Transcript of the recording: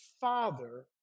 Father